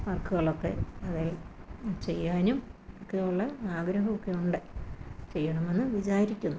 വർക്കുകളൊക്കെ അതേൽ ചെയ്യാനും ഒക്കെയുള്ള ആഗ്രഹമൊക്കെയുണ്ട് ചെയ്യണമെന്ന് വിചാരിക്കുന്നു